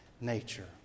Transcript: nature